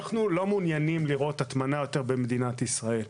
אנחנו לא מעוניינים לראות הטמנה יותר במדינת ישראל,